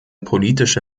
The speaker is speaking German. politische